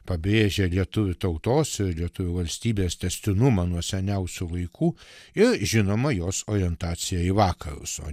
pabrėžia lietuvių tautos ir lietuvių valstybės tęstinumą nuo seniausių laikų ir žinoma jos orientacija į vakarus o